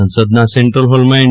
સંસદના સેન્ટ્રલ ફોલમાં એન